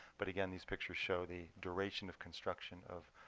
but again, these pictures show the duration of construction of